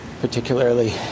particularly